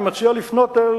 אני מציע לפנות אל